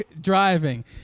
driving